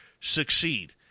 succeed